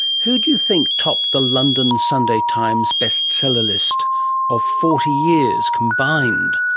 who do you think topped the london sunday times bestseller list of forty years combined?